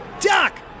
Doc